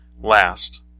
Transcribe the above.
Last